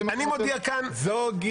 זו גישתך.